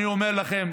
אני אומר לכם,